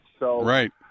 Right